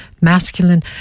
masculine